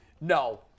no